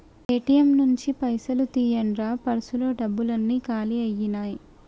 ATM నుంచి పైసలు తీయండ్రా పర్సులో డబ్బులన్నీ కాలి అయ్యినాయి